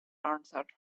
answered